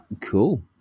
Cool